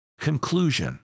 Conclusion